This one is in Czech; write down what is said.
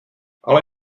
ale